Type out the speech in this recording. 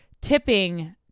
tipping